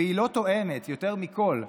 ויותר מכול,